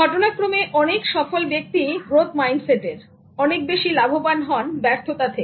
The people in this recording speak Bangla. ঘটনাক্রমে অনেক সফল ব্যক্তি গ্রোথ মাইন্ডসেটের অনেক বেশি লাভবান হন ব্যর্থতা থেকে